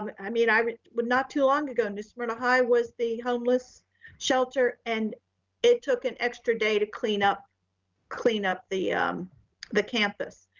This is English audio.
i mean, i would would not too long ago new smyrna high was the homeless shelter and it took an extra day to clean up clean up the the campus.